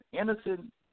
innocent